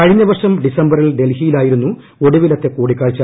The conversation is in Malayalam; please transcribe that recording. കഴിഞ്ഞ വർഷം ഡിസംബറിൽ ഡൽഹിയിലായിരുന്നു ഒടുവിലത്തെ കൂടിക്കാഴ്ച